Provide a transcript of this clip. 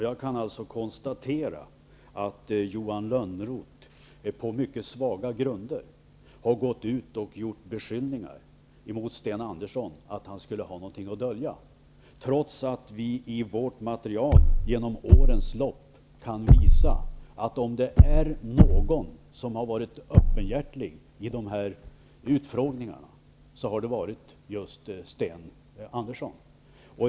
Jag kan konstatera att Johan Lönnroth på mycket svaga grunder har gått ut och gjort beskyllningar mot Sten Andersson om att han skulle ha något att dölja, trots att vi i vårt material genom årens lopp kan visa att om det är någon som har varit öppenhjärtig vid dessa utfrågningar så är det Sten Andersson.